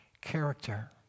character